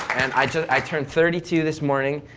and i i turned thirty-two this morning,